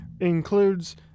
includes